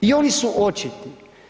I oni su očiti.